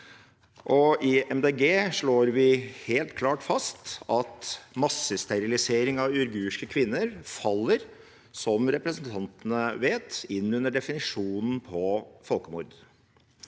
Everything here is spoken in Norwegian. Grønne slår vi helt klart fast at massesterilisering av uigurske kvinner faller, som representantene vet, inn under definisjonen på folkemord.